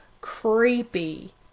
creepy